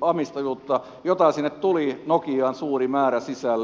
omistajuutta jota sinne nokiaan tuli suuri määrä sisälle